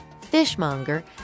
fishmonger